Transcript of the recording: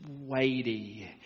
weighty